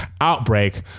outbreak